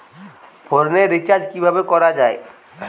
ফোনের রিচার্জ কিভাবে করা যায়?